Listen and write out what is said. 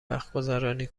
وقتگذرانی